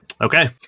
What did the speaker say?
Okay